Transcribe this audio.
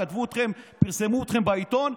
פרסמו אתכם בעיתון.